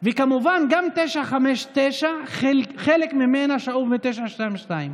כמובן גם 959, חלק ממנה שאוב מ-922.